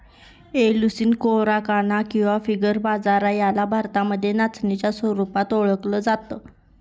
Eleusine coracana किंवा finger बाजरा याला भारतामध्ये नाचणीच्या स्वरूपात ओळखल जात